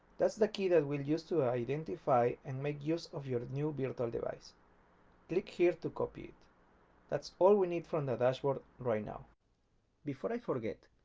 that's the key that we'll use to identify and make use of your new virtual but device click here to copy it that's all we need from the dashboard right now before i forget,